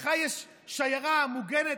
לך יש שיירה מוגנת,